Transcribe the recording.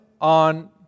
on